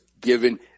given